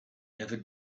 never